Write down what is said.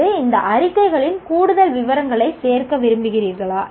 அல்லது இந்த அறிக்கைகளில் கூடுதல் விவரங்களை சேர்க்க விரும்புகிறீர்களா